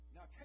Now